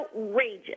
outrageous